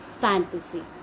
fantasy